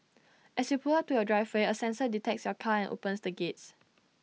as you pull up to your driveway A sensor detects your car and opens the gates